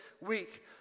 week